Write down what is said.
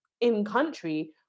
in-country